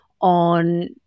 on